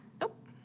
Nope